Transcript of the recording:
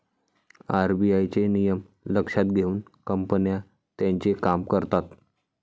RBI चे नियम लक्षात घेऊन कंपन्या त्यांचे काम करतात